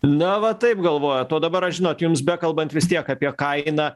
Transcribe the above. na va taip galvojat o dabar aš žinot jums bekalbant vis tiek apie kainą